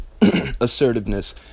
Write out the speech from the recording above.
Assertiveness